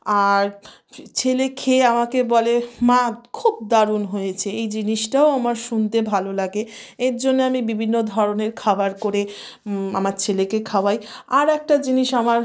আর ছেলে খেয়ে আমাকে বলে মা খুব দারুণ হয়েছে এই জিনিসটাও আমার শুনতে ভালো লাগে এর জন্য আমি বিভিন্ন ধরনের খাবার করে আমার ছেলেকে খাওয়াই আর একটা জিনিস আমার